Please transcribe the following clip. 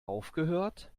aufgehört